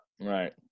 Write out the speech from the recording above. right